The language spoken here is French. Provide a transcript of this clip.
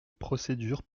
procédure